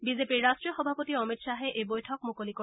বিজেপিৰ ৰাষ্ট্ৰীয় সভাপতি অমিত শ্বাহে এই বৈঠক মুকলি কৰিব